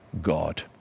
God